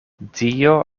dio